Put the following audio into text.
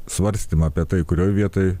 svarstymą apie tai kurioj vietoj